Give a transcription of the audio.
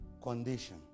condition